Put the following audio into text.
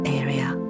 area